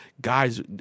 guys